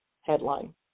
headline